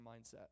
mindset